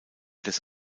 des